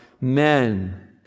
men